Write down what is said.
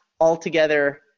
altogether –